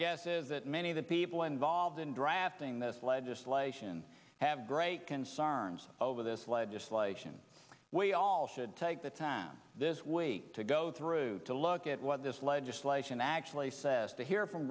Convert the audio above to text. guess is that many of the people involved in drafting this legislation have great concerns over this legislation we all should take the time this week to go through to look at what this legislation actually says to hear from